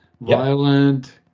violent